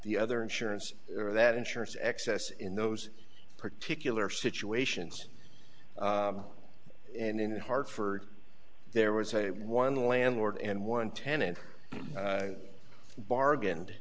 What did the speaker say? the other insurance or that insurance excess in those particular situations and in hartford there was a one landlord and one tenant bargain